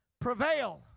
prevail